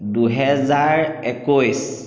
দুহেজাৰ একৈছ